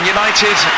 United